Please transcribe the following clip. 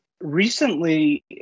Recently